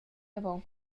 avon